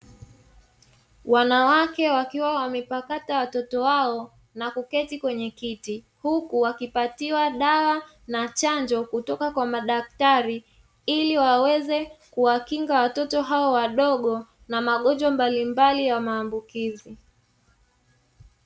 Wanawake wakiwa wamepakata watoto wao na kuketi kwenye kiti huku wakipatiwa dawa na chanjo kutoka kwa madaktari, ili waweze kuwakinga watoto hao wadogo na magonjwa mbalimbali ya maambukizi